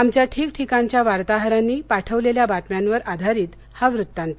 आमच्या ठिकठिकाणच्या वार्ताहरांनी पाठवलेल्या बातम्यांवर आधारित हा वृत्तांत